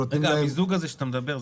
שנותנים להם --- המיזוג שאתה מדבר עליו,